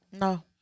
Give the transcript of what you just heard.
No